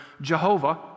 Jehovah